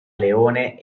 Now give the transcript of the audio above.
leone